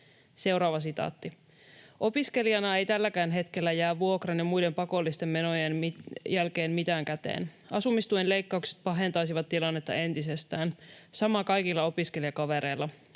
huolta ja stressiä.” ”Opiskelijana ei tälläkään hetkellä jää vuokran ja muiden pakollisten menojen jälkeen mitään käteen. Asumistuen leikkaukset pahentaisivat tilannetta entisestään. Sama kaikilla opiskelijakavereilla.